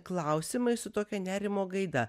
klausimai su tokia nerimo gaida